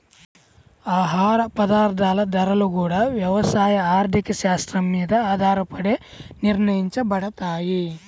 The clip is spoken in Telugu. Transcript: ఆహార పదార్థాల ధరలు గూడా యవసాయ ఆర్థిక శాత్రం మీద ఆధారపడే నిర్ణయించబడతయ్